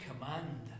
command